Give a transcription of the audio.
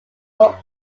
were